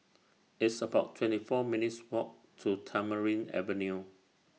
It's about twenty four minutes' Walk to Tamarind Avenue